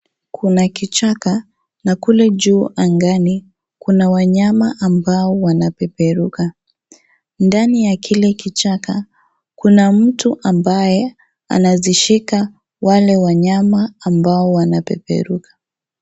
Kuna kichaka na kule juu angani kuna wanyama ambao wanapeperuka ndani ya kile kichaka kuna mtu ambaye anazishika wale wanyama ambao wana peperuka.